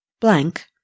blank